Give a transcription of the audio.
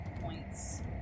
points